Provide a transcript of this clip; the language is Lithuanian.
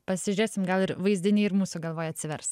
pasižiūrėsim gal ir vaizdiniai ir mūsų galvoj atsivers